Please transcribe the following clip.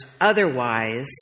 Otherwise